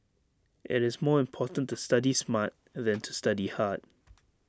IT is more important to study smart than to study hard